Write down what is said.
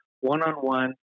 one-on-one